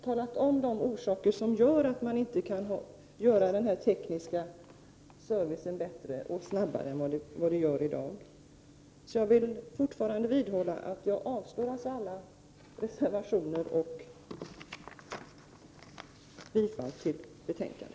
Där anges orsakerna till att denna tekniska service inte kan göras bättre och snabbare än i dag. Jag yrkar fortfarande avslag på alla reservationer och bifall till hemställan i utskottets betänkande.